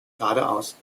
geradeaus